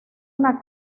una